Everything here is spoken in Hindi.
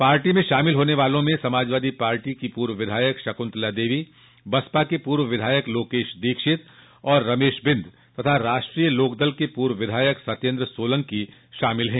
पार्टी में शामिल होने वालों में सपा की पूर्व विधायक शकून्तला देवी बसपा के पूर्व विधायक लोकेश दीक्षित और रमेश बिन्द तथा रालोद के पूर्व विधायक सत्येन्द्र सोलंकी शामिल हैं